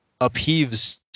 upheaves